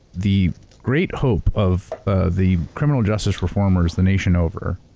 the great hope of ah the criminal justice reformers, the nation over,